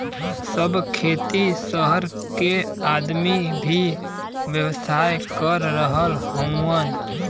सब खेती सहर के आदमी भी व्यवसाय कर रहल हउवन